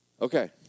Okay